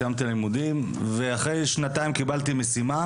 סיימתי לימודים ואחרי שנתיים קיבלתי משימה